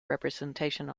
representation